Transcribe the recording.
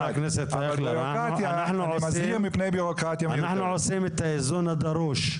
הכנסת אייכלר אנחנו עושים את האיזון הדרוש,